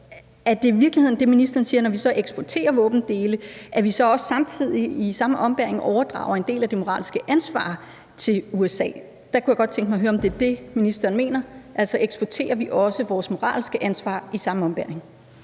i virkeligheden siger, at vi, når vi eksporterer våbendele, så også i samme ombæring overdrager en del af det moralske ansvar til USA? Der kunne jeg godt tænke mig at høre, om det er det, ministeren mener. Altså eksporterer vi også vores moralske ansvar i samme ombæring?